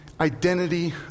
identity